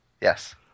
Yes